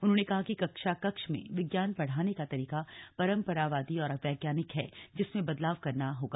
उन्होंने कहा कि कक्षा कक्ष में विज्ञान पढ़ाने का तरीका परंपरावादी और अवैज्ञानिक है जिसमें बदलाव करना होगा